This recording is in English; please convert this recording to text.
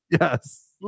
Yes